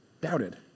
doubted